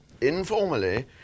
informally